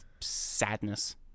sadness